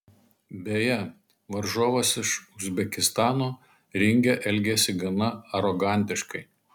beje varžovas iš uzbekistano ringe elgėsi gana arogantiškai